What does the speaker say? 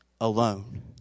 alone